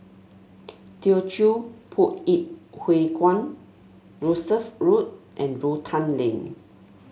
Teochew Poit Ip Huay Kuan Rosyth Road and Rotan Lane